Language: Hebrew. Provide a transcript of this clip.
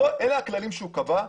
אלה הכללים שבג"ץ קבע.